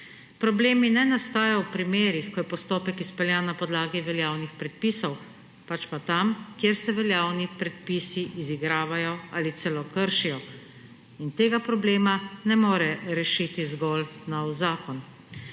Problemi ne nastajajo v primerih, ko je postopek izpeljan na podlagi veljavnih predpisov, pač pa tam, kjer se veljavni predpisi izigravajo ali celo kršijo. Tega problema ne more rešiti zgolj nov zakon.